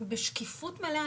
בשקיפות מלאה,